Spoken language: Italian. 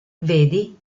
vedi